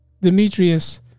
Demetrius